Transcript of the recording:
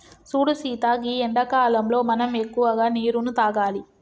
సూడు సీత గీ ఎండాకాలంలో మనం ఎక్కువగా నీరును తాగాలి